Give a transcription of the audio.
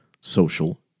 social